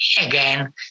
again